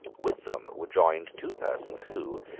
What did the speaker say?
with them were joined two persons who,